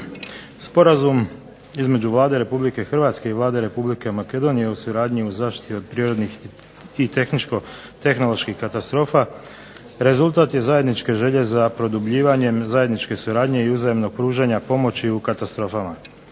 Sporazum između Vlade Republike Hrvatske i Vlade Republike Makedonije o suradnji u zaštiti od prirodnih i tehničko-tehnoloških katastrofa rezultat je zajedničke želje za produbljivanjem zajedničke suradnje i uzajamnog pružanja pomoći u katastrofama.